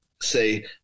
say